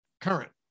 current